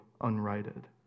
unrighted